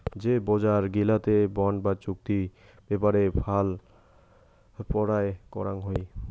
যে বজার গিলাতে বন্ড বা চুক্তি ব্যাপারে ফাল পেরোয় করাং হই